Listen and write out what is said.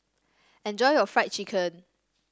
enjoy your Fried Chicken